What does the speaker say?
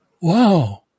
wow